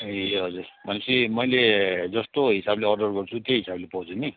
ए हजुर भनेपछि मैले जस्तो हिसाबले अर्डर गर्छु त्यही हिसाबले पाउँछु नि